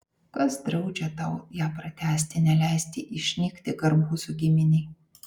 kas draudžia tau ją pratęsti neleisti išnykti garbuzų giminei